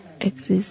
exist